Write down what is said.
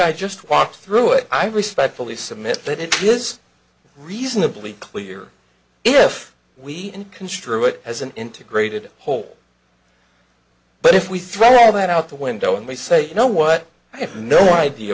i just walk through it i respectfully submit that it is reasonably clear if we can construe it as an integrated whole but if we throw all that out the window and we say you know what i have no idea